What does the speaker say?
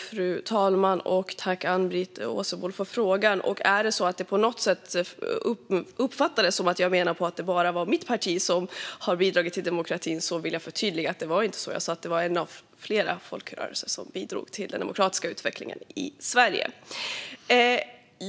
Fru talman! Tack, Ann-Britt Åsebol, för frågan! Om det på något sätt uppfattades som att jag menar att det bara är mitt parti som har bidragit till demokratin vill jag förtydliga att det inte är på det sättet. Jag sa att det var en av flera folkrörelser som bidrog till den demokratiska utvecklingen i Sverige.